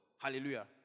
hallelujah